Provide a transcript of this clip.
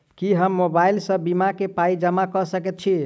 की हम मोबाइल सअ बीमा केँ पाई जमा कऽ सकैत छी?